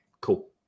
Cool